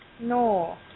No